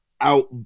out